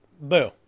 boo